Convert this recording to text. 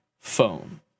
phone